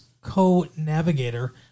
co-navigator